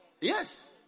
Yes